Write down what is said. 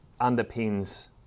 underpins